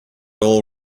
all